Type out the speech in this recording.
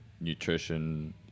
nutrition